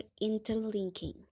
interlinking